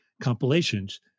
compilations